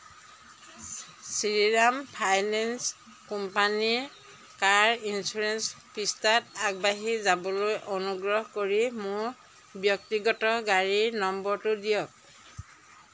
Shriram finance company car insurance পৃষ্ঠাত আগবাঢ়ি যাবলৈ অনুগ্ৰহ কৰি মোৰ ব্যক্তিগত গাড়ীৰ নম্বৰটো দিয়ক